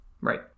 Right